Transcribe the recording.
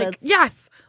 yes